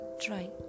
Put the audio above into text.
try